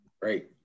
great